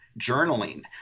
journaling